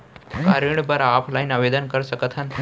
का ऋण बर ऑफलाइन आवेदन कर सकथन?